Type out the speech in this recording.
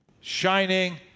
shining